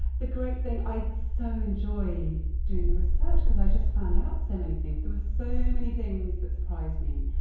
the great thing is i so enjoy doing the research because i just find out so many things. there was so many things that surprised me,